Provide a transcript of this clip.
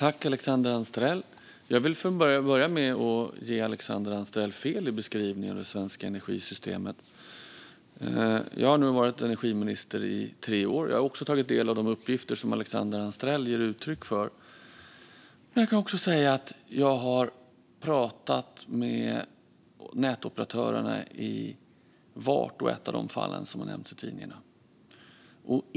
Fru talman! Jag vill börja med att ge Alexandra Anstrell fel i beskrivningen av det svenska energisystemet. Jag har nu varit energiminister i tre år, och jag har också tagit del av de uppgifter som Alexandra Anstrell ger uttryck för. Men jag kan också säga att jag har pratat med nätoperatörerna i vart och ett av de fall som har nämnts i tidningarna.